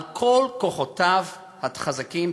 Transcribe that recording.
על כל כוחותיו החזקים,